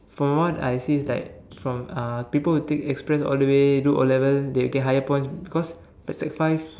from what I see is like from uh people who take express all the way do O-level they'll get higher points because like sec five